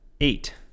eight